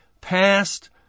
past